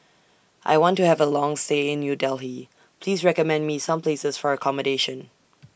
I want to Have A Long stay in New Delhi Please recommend Me Some Places For accommodation